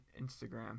instagram